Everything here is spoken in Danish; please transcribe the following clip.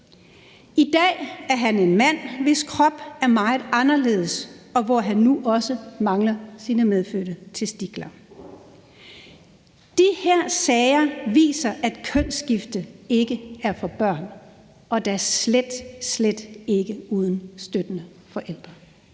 I dag er han en mand, hvis krop er meget anderledes, og han mangler nu også sine medfødte testikler. De her sager viser, at kønsskifte ikke er for børn og da slet, slet ikke for børn uden støttende forældre.